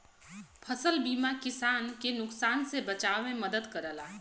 फसल बीमा किसान के नुकसान से बचाव में मदद करला